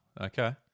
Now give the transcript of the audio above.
Okay